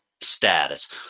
status